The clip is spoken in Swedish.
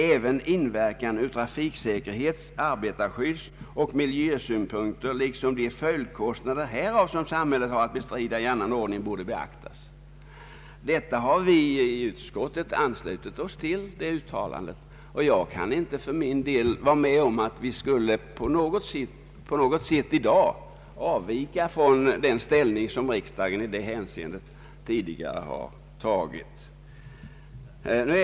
Även inverkan ur trafiksäkerhets-, arbetarskyddsoch miljösynpunkter liksom de följdkostnader härav som samhället har att bestrida i annan ordning borde beaktas.” Detta uttalande har vi som sagt i utskottet anslutit oss till, och jag kan inte vara med om att vi på något sätt skulle av vika från den ställning som riksdagen i det hänseendet tidigare har tagit.